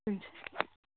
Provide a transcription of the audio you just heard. हुन्छ